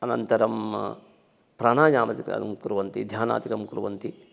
अनन्तरं प्राणायामदिकं कुर्वन्ति ध्यानादिकं कुर्वन्ति